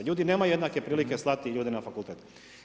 Ljudi nemaju jednake prilike slati ljude na fakultet.